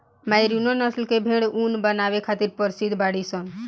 merino नस्ल के भेड़ ऊन बनावे खातिर प्रसिद्ध बाड़ीसन